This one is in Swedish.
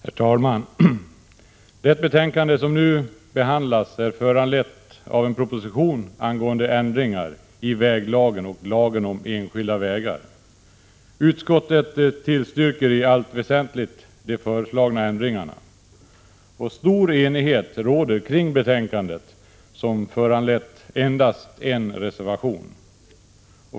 Herr talman! Det betänkande som nu behandlas är föranlett av en proposition angående ändringar i väglagen och lagen om enskilda vägar. Utskottet tillstyrker i allt väsentligt de föreslagna ändringarna, och stor enighet råder kring betänkandet som endast har föranlett en reservation.